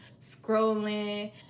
scrolling